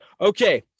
Okay